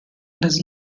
does